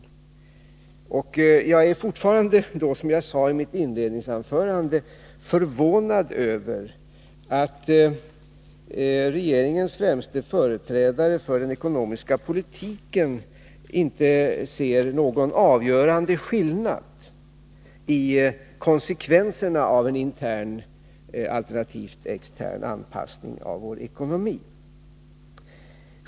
Som jag sade i mitt inledningsanförande är jag fortfarande förvånad över att regeringens främste företrädare för den ekonomiska politiken inte ser någon avgörande skillnad när det gäller konsekvenserna av en intern alternativt extern anpassning av vår ekonomi.